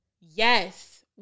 Yes